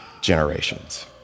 generations